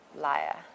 Liar